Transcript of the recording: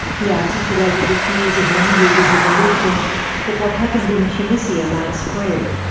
he articulated the fears of many leaders in the region that what happened in tunisia might spread.